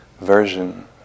version